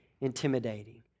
intimidating